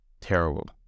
Terrible